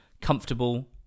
Comfortable